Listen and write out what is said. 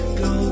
go